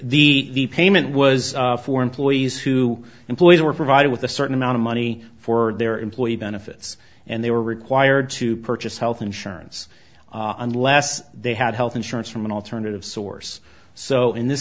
know the payment was for employees who employees were provided with a certain amount of money for their employee benefits and they were required to purchase health insurance unless they had health insurance from an alternative source so in this